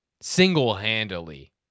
single-handedly